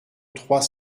trois